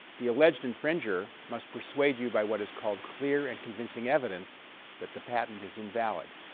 the alleged infringer must persuade you by what is called clear and convincing evidence that the patent is invalid.